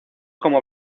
como